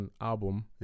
album